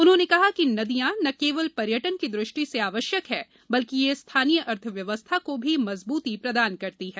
उन्होंने कहा नदियां न केवल पर्यटन की दृष्टि से आवश्यक है बल्कि यह स्थानीय अर्थव्यवस्था को भी मजबूती प्रदान करती है